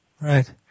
Right